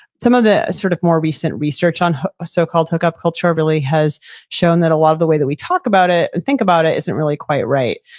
some of the sort of more recent research on so called hookup culture really has shown that a lot of the way that we talk about it and think about it isn't really quite right.